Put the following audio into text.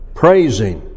praising